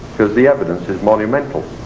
because the evidence is monumental,